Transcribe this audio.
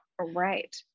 Right